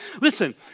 listen